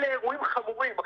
אלה אירועים חמורים.